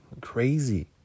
Crazy